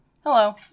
Hello